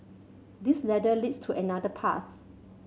this ladder leads to another path